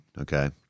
Okay